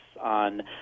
on